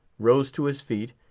rose to his feet,